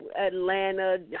Atlanta